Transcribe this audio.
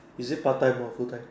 is it part time or full time